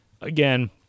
again